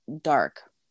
dark